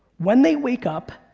when they wake up,